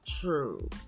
true